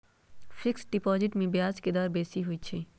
fixed deposit में ब्याज के दर बेशी होइ छइ